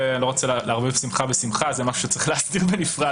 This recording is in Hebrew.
אבל זה משהו שצריך להסדיר בנפרד.